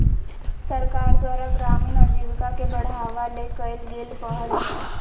सरकार द्वारा ग्रामीण आजीविका के बढ़ावा ले कइल गेल पहल हइ